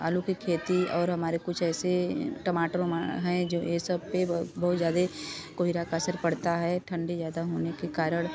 आलू की खेती और हमारे कुछ ऐसे टमाटर वहाँ हैं जो यह सब पर बहुत ज़्यादा कोई रखा असर पड़ता है ठंडी ज़्यादा होने के कारण